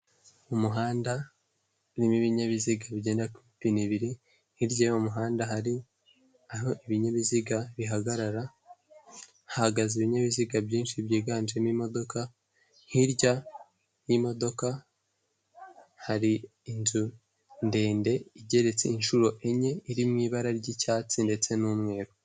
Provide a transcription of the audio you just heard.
Umuhanda urimo ibinyabiziga bigendera ku mapine abiri, hirya y'umuhanda hari aho ibinyabiziga bihagarara, hahagaze ibinyabiziga byinshi byiganjemo imodoka, hirya y'imodoka, hari inzu ndende igeretse inshuro enye iri mu ibara ry'icyatsi ndetse n'umweru.